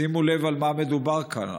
שימו לב על מה מדובר כאן.